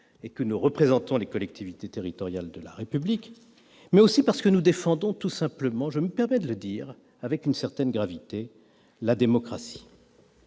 Sénat, nous représentons les collectivités territoriales de la République. D'autre part, nous entendons tout simplement, et je me permets de le dire avec une certaine gravité, défendre la démocratie.